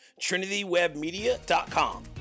trinitywebmedia.com